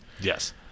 Yes